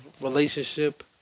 Relationship